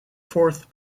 fourth